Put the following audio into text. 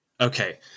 Okay